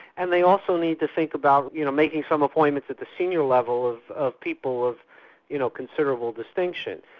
and they also need to think about you know making some appointments at the senior level of of people of you know considerable distinction.